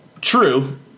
True